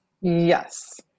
Yes